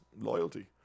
loyalty